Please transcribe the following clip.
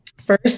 First